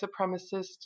supremacist